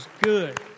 good